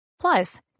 Plus